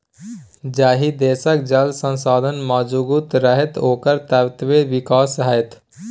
जाहि देशक जल संसाधन मजगूत रहतै ओकर ततबे विकास हेतै